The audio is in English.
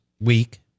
week